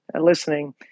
listening